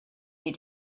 you